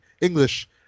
English